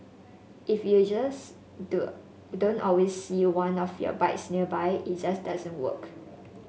if users do don't always see one of your bikes nearby it just doesn't work